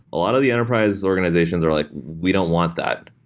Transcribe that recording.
a lot of the enterprise organizations are like, we don't want that.